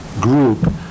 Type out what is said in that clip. group